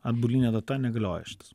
atbuline data negalioja šitas